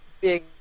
big